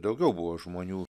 daugiau buvo žmonių